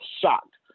shocked